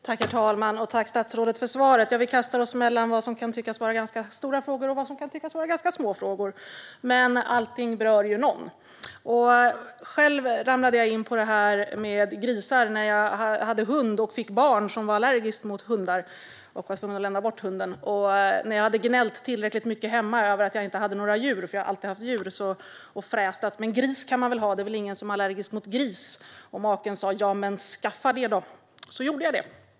Herr talman! Tack, statsrådet, för svaret! Vi kastar oss mellan vad som kan tyckas vara stora frågor och vad som kan tyckas vara små frågor - men allt berör någon. Själv ramlade jag in på grisar när jag hade hund och fick barn som var allergiska mot hundar. Jag var tvungen att lämna bort hunden. När jag hade gnällt tillräckligt mycket hemma över att jag inte hade några djur - jag har alltid haft djur - fräste jag "att gris kan man väl ha; ingen är väl allergisk mot gris", och maken sa att jag skulle "skaffa en då"; så jag gjorde det.